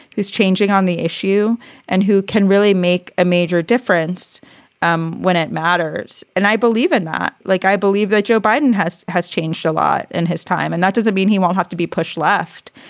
who's changing on the issue and who can really make a major difference um when it matters. and i believe in that. like i believe that joe biden has has changed a lot in his time. and that doesn't mean he won't have to be pushed left,